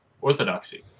orthodoxy